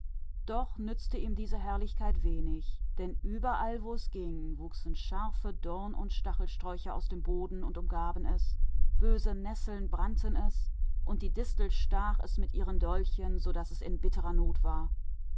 schönheit nützte ihm wenig denn wohin es auch ging wuchsen scharfe dornen und sträucher aus der erde empor und umklammerten es und böse nesseln brannten es und die distel stach es mit ihren dolchen so daß es in großer not war